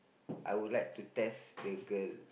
I would like to test the girl